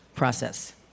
Process